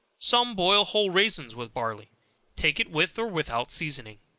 some boil whole raisins with barley take it with or without seasoning.